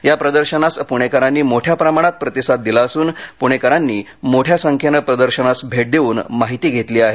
या प्रदर्शनास पुणेकरांनी मोठ्या प्रतीसाद दिला असून पुणेकरांनी मोठ्या संख्येन प्रदर्शनास भेट देऊन माहिती घेतली आहे